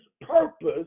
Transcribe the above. purpose